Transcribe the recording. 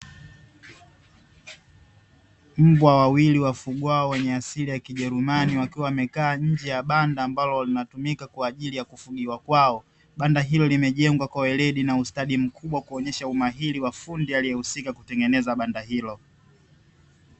Mbwa wawili wafugwao wenye asili ya kijerumani wakiwa wamekaa nje ya banda ambalo linatumika kwa ajili ya kufugiwa kwao. Banda hilo limejengwa kwa weledi na ustadi mkubwa kuonyesha umahiri wa fundi aliyehusika kutengeneza banda hilo.